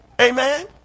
Amen